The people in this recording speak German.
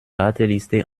warteliste